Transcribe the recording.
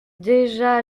déjà